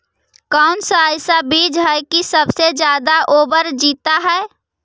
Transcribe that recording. कौन सा ऐसा बीज है की सबसे ज्यादा ओवर जीता है?